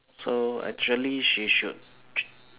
so actually she should